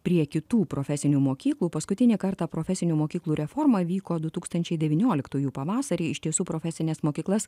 prie kitų profesinių mokyklų paskutinį kartą profesinių mokyklų reforma vyko du tūkstančiai devynioliktųjų pavasarį iš tiesų profesines mokyklas